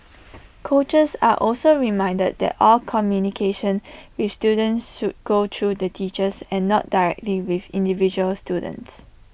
coaches are also reminded that all communication with students should go through the teachers and not directly with individual students